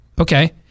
Okay